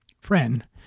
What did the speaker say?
friend